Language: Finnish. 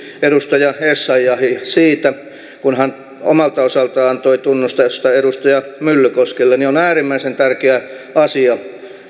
edustaja essayahia siitä kun hän omalta osaltaan antoi tunnustusta edustaja myllykoskelle on äärimmäisen tärkeä asia